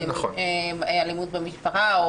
אלימות במשפחה,